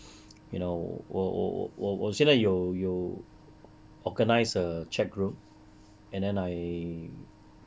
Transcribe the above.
you know 我我我我我现在有有 organize a chat group and then I